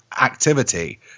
activity